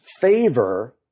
favor